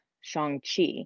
Shang-Chi